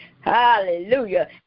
Hallelujah